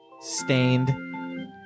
Stained